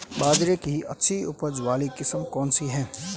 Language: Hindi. बाजरे की अच्छी उपज वाली किस्म कौनसी है?